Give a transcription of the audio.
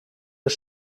een